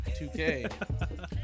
2K